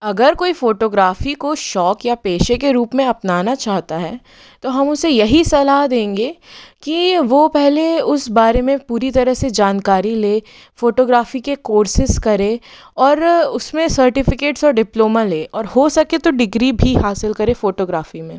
अगर कोई फोटोग्राफी को शौक़ या पेशे के रूप में अपनाना चाहता है तो हम उसे यही सलाह देंगे कि वो पहले उस बारे में पूरी तरह से जानकारी लें फ़ोटोग्राफ़ी के कॉर्सेस करें और उस में सर्टिफिकेट्स और डिप्लोमा लें और हो सके तो डिग्री भी हासिल करें फ़ोटोग्राफ़ी में